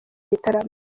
gitaramo